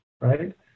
right